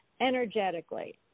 energetically